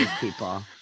people